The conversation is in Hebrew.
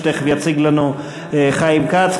שתכף יציג לנו חיים כץ,